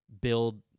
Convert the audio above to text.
build